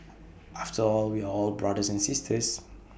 after all we are all brothers and sisters